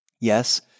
Yes